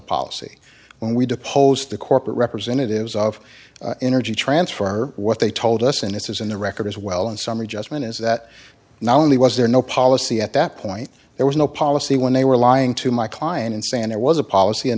policy when we deposed the corporate representatives of energy transfer what they told us and it was in the record as well and summary judgment is that not only was there no policy at that point there was no policy when they were lying to my client in sand it was a policy